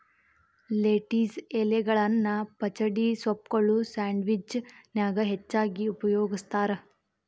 lettuce ಎಲಿಗಳನ್ನ ಪಚಡಿಗೆ, ಸೂಪ್ಗಳು, ಸ್ಯಾಂಡ್ವಿಚ್ ನ್ಯಾಗ ಹೆಚ್ಚಾಗಿ ಉಪಯೋಗಸ್ತಾರ